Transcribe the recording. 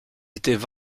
étaient